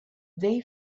they